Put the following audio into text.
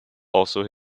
also